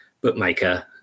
bookmaker